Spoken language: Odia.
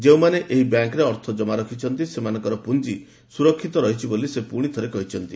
ଯେଉଁମାନେ ଏହି ବ୍ୟାଙ୍କରେ ଅର୍ଥ ଜମା ରଖିଛନ୍ତି ସେମାନଙ୍କର ପୁଞ୍ଜି ସୁରକ୍ଷିତ ରହିଛି ବୋଲି ସେ ପୁଶି ଥରେ କହିଛନ୍ତି